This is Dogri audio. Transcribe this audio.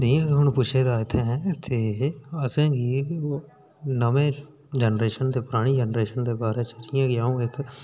में हून पुच्छे दा इत्थें ते असेंगी नमें जेनरेशन ते परानी जेनरेशन दे बारे च केह् क अं'ऊ